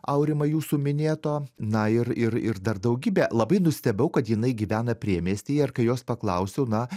aurimai jūsų minėto na ir ir ir dar daugybė labai nustebau kad jinai gyvena priemiestyje ir kai jos paklausiau na